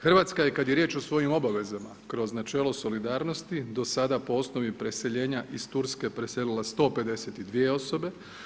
Hrvatska je kad je riječ o svojim obavezama kroz načelo solidarnosti do sada po osnovi preseljena iz Turske preselila 152 osobe.